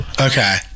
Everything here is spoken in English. Okay